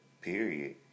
Period